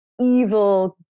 evil